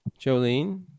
Jolene